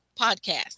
Podcast